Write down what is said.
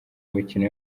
mikino